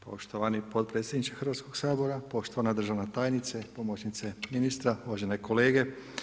Poštovani potpredsjedniče Hrvatskog sabora, poštovana državna tajnice, pomoćnice ministra, uvažene kolege.